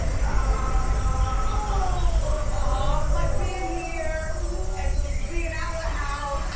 he's like, this. aww. aha, like being here and being out of the house,